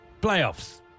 Playoffs